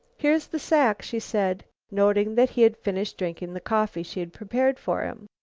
here's the sack, she said, noting that he had finished drinking the coffee she had prepared for him.